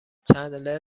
چندلر